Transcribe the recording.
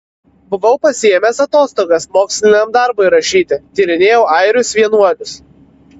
buvau pasiėmęs atostogas moksliniam darbui rašyti tyrinėjau airius vienuolius